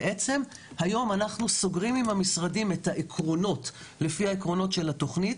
בעצם היום אנחנו סוגרים עם המשרדים את העקרונות לפי עקרונות התוכנית,